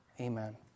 Amen